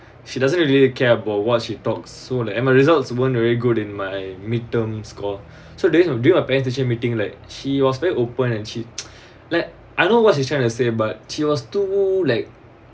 she doesn't really care about what she talk so like and my results weren't very good in my midterm score so there's during my parents teacher meeting like she was very open and she like I know what she trying to say but she was too like